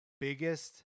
biggest